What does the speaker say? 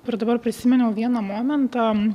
ir dabar prisiminiau vieną momentą